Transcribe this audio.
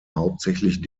hauptsächlich